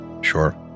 Sure